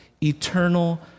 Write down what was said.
eternal